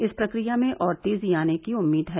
इस प्रक्रिया में और तेजी आने की उम्मीद है